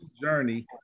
Journey